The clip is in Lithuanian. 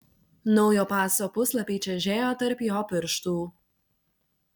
naujo paso puslapiai čežėjo tarp jo pirštų